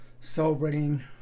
celebrating